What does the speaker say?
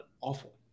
awful